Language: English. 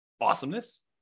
Awesomeness